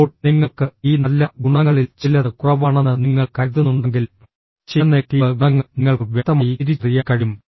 ഇപ്പോൾ നിങ്ങൾക്ക് ഈ നല്ല ഗുണങ്ങളിൽ ചിലത് കുറവാണെന്ന് നിങ്ങൾ കരുതുന്നുണ്ടെങ്കിൽ ചില നെഗറ്റീവ് ഗുണങ്ങൾ നിങ്ങൾക്ക് വ്യക്തമായി തിരിച്ചറിയാൻ കഴിയും